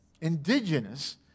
indigenous